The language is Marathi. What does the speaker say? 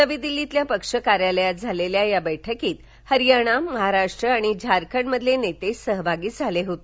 नवी दिल्लीतल्या पक्ष कार्यालयात झालेल्या या बैठकीत हरियाणा महाराष्ट्र आणि झारखंड मधील नेते सहभागी झाले होते